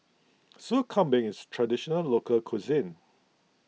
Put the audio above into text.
Sup Kambing is Traditional Local Cuisine